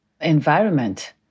environment